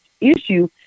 issue